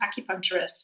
acupuncturist